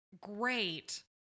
great